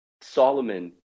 Solomon